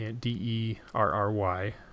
D-E-R-R-Y